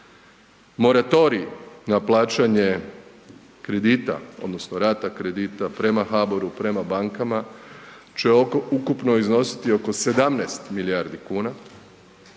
Moratorij na plaćanje kredita odnosno rata kredita prema HABOR-u, prema bankama će ukupno iznositi oko 17 milijardi kuna.